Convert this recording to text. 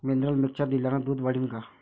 Mineral mixture दिल्यानं दूध वाढीनं का?